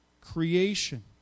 creation